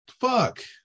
Fuck